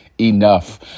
enough